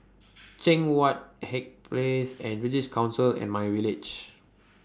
Cheang Wan Place British Council and MyVillage